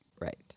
Right